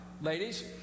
Ladies